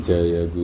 Jaya